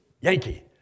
Yankee